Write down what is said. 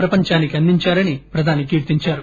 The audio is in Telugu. ప్రపంచానికి అందించారని ప్రధాని కీర్తించారు